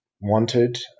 wanted